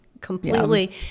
completely